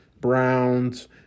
Browns